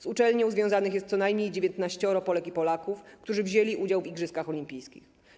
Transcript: Z uczelnią związanych jest co najmniej 19 Polek i Polaków, którzy wzięli udział w igrzyskach olimpijskich.